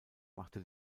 machte